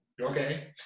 Okay